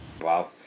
Wow